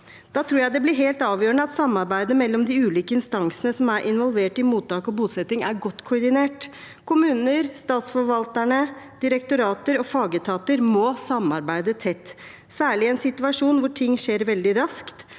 Da tror jeg det blir helt avgjørende at samarbeidet mellom de ulike instansene som er involvert i mottak og bosetting, er godt koordinert. Kommuner, statsforvaltere, direktorater og fagetater må samarbeide tett, særlig i en situasjon hvor ting skjer veldig raskt.